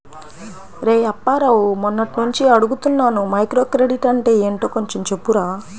రేయ్ అప్పారావు, మొన్నట్నుంచి అడుగుతున్నాను మైక్రోక్రెడిట్ అంటే ఏంటో కొంచెం చెప్పురా